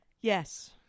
Yes